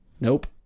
Nope